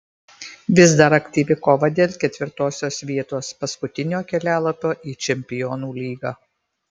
vis dar aktyvi kova dėl ketvirtosios vietos paskutinio kelialapio į čempionų lygą